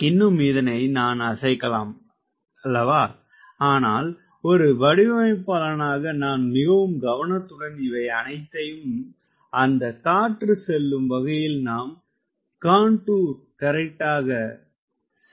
இன்னும் இதனை நான் அசைக்கலாம் அன்றோ ஆனால் ஒரு வடிவமைப்பாளனாக நாம் மிகவும் கவனத்துடன் இவை அனைத்தையும் அந்த காற்று செல்லும் வகையில் நாம் காண்டூர் செய்திருத்தல்வேண்டும்